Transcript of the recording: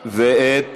ואת